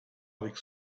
avec